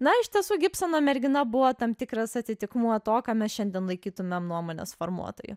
na iš tiesų gibsono mergina buvo tam tikras atitikmuo to ką mes šiandien laikytumėm nuomonės formuotoju